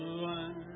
one